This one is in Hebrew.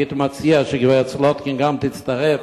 הייתי מציע שגם גברת סולודקין תצטרף